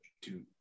two